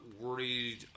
worried